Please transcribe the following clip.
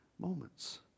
moments